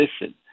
listen